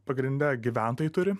pagrinde gyventojai turi